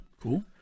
Cool